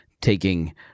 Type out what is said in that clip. taking